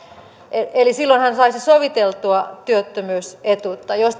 eli silloin hän saisi soviteltua työttömyysetuutta jos